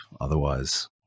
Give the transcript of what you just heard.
otherwise